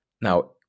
Now